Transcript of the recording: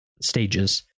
stages